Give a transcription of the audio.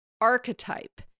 archetype